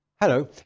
Hello